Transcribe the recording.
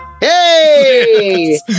Hey